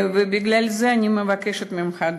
ובגלל זה אני מבקשת ממך,